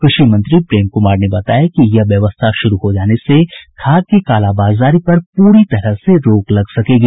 कृषि मंत्री प्रेम कुमार ने बताया कि यह व्यवस्था शुरू हो जाने से खाद की कालाबाजारी पर पूरी तरह से रोक लग सकेगी